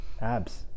abs